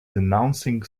denouncing